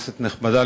כנסת נכבדה,